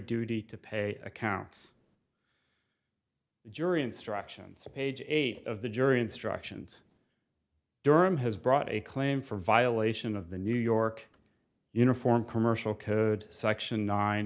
duty to pay accounts the jury instructions page eight of the jury instructions durham has brought a claim for violation of the new york uniform commercial code section nine